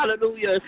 Hallelujah